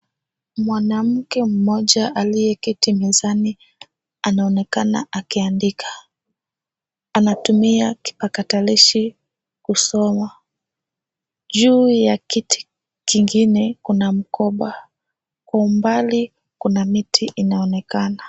Mwanamke mmoja aliyeketi mezani anaonekana akiandika. Anatumia kipakatalishi kusoma. Juu ya kiti kingine, kuna mkopa. Kwa umbali kuna miti inaonekana.